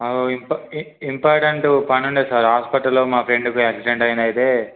ఇం ఇంపార్టెంట్ పనుండి సార్ హాస్పిటల్లో మా ఫ్రెండ్కి ఆక్సిడెంట్ అయితే